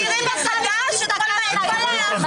אני קורא אותך לסדר פעם שלישית, בבקשה תצאי.